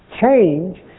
change